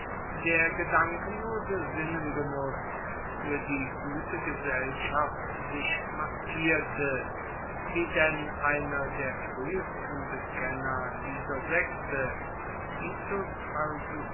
der gedankenlose sinnesgenuß für die gute gesellschaft sich maskierte wie denn einer der frühesten bekenner dieser sekte titus